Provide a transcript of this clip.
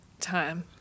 time